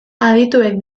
adituek